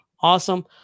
Awesome